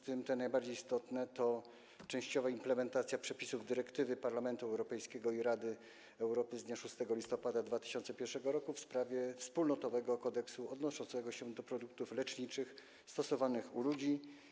Te najbardziej istotne to częściowa implementacja przepisów dyrektywy Parlamentu Europejskiego i Rady Europy z dnia 6 listopada 2001 r. w sprawie wspólnotowego kodeksu odnoszącego się do produktów leczniczych stosowanych u ludzi.